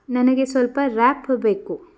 ನನಗೆ ಸ್ವಲ್ಪ ರ್ಯಾಪ್ ಬೇಕು